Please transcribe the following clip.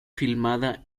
filmada